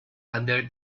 under